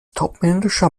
topmanager